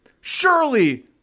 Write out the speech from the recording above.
surely